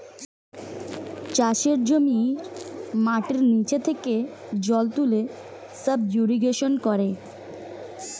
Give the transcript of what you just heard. চাষের জমির মাটির নিচে থেকে জল তুলে সাব ইরিগেশন করে